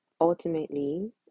Ultimately